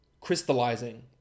crystallizing